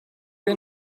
you